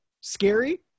scary